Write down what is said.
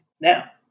Now